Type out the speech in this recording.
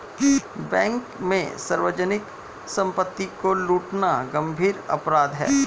bank में सार्वजनिक सम्पत्ति को लूटना गम्भीर अपराध है